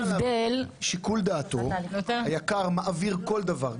שיקול דעתו היק"ר מעביר כל דבר,